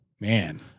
man